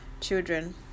children